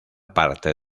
parte